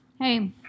hey